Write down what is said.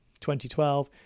2012